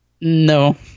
No